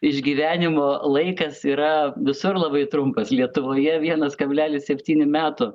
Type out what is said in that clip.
išgyvenimo laikas yra visur labai trumpas lietuvoje vienas kablelis septyni metų